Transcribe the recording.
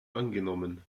angenommen